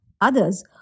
others